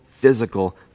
physical